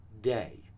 day